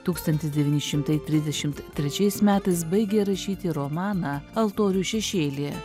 tūkstantis devyni šimtai trisdešimt trečiais metais baigė rašyti romaną altorių šešėlyje